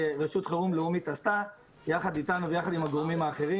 שרשות החירום הלאומית עשתה ביחד איתנו ועם הגורמים האחרים